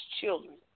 children